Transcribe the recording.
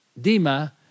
Dima